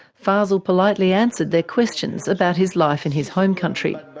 fazel politely answered their questions about his life in his home country.